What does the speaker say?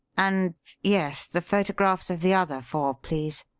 and yes the photographs of the other four, please.